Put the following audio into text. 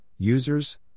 users